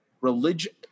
religion